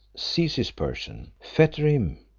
seize his person, fetter him,